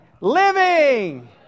Living